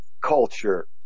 culture